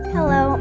Hello